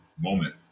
moment